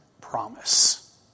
promise